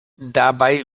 dabei